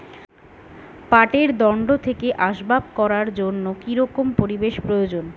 পাটের দণ্ড থেকে আসবাব করার জন্য কি রকম পরিবেশ এর প্রয়োজন?